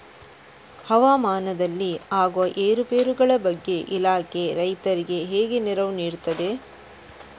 ಹವಾಮಾನದಲ್ಲಿ ಆಗುವ ಏರುಪೇರುಗಳ ಬಗ್ಗೆ ಇಲಾಖೆ ರೈತರಿಗೆ ಹೇಗೆ ನೆರವು ನೀಡ್ತದೆ?